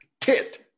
Tit